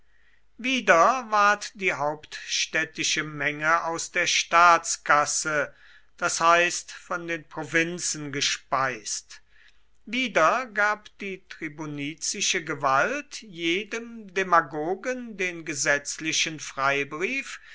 wieder ward die hauptstädtische menge aus der staatskasse das heißt von den provinzen gespeist wieder gab die tribunizische gewalt jedem demagogen den gesetzlichen freibrief